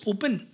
Open